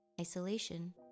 isolation